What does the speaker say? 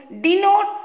denote